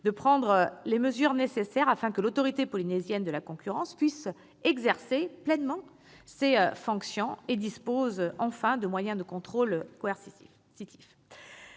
de prendre les mesures nécessaires afin que l'Autorité polynésienne de la concurrence puisse exercer pleinement ses fonctions et disposer enfin de moyens de contrôle coercitifs.